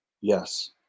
yes